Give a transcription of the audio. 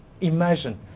imagine